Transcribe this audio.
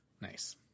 Nice